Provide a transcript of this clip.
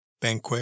Banque